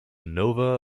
nova